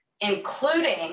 including